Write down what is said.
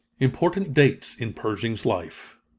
important dates in pershing's life